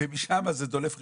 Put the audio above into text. ומשם זה דולף ראשון.